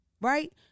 right